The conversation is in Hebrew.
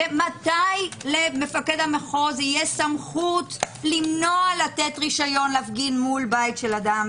מתי למפקד מחוז יהיה סמכות למנוע לתת רישיון להפגין מול בית של אדם.